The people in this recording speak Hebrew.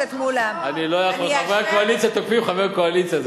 אני לא יכול, חברי הקואליציה תוקפים חבר קואליציה.